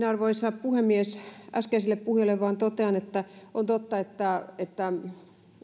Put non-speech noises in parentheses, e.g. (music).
(unintelligible) arvoisa puhemies äskeiselle puhujalle vain totean että on totta että että